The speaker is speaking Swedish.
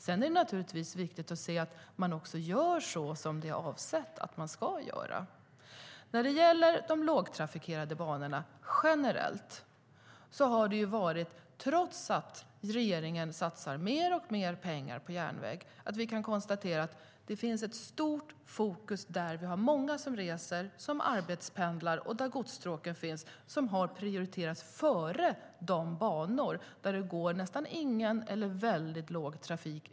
Sedan är det naturligtvis också viktigt att se till att det som är avsett att göras också görs. När det gäller de lågtrafikerade banorna generellt kan vi, trots att regeringen satsar mer och mer pengar på järnvägen, konstatera att det är stort fokus på banor där många reser, arbetspendlar, och där godsstråken finns. De banorna har prioriterats framför banor med ingen eller mycket låg trafik.